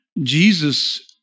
jesus